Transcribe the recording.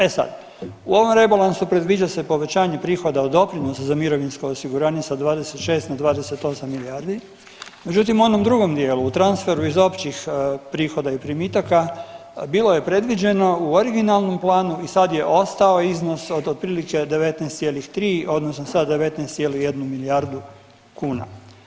E sad, u ovom rebalansu predviđa se povećanje prihoda od doprinosa za mirovinsko osiguranje sa 26 na 28 milijardi, međutim u onom drugom dijelu u transferu iz općih prihoda i primitaka bilo je predviđeno u originalnom planu i sad je ostao iznos od otprilike 19,3 odnosno sa 19,1 milijardu kuna.